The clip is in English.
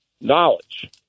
knowledge